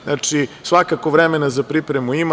Znači, svakako vremena za pripremu ima.